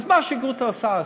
אז מה שגרוטו עשה,